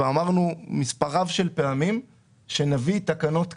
ואמרנו מספר רב של פעמים שנביא תקנות כאלה.